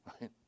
right